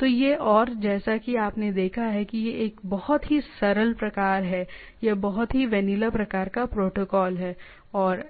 तो यह और जैसा कि आपने देखा है कि यह एक बहुत ही सरल प्रकार है या बहुत ही वैनिला प्रकार का प्रोटोकॉल है और